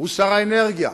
שר האנרגיה.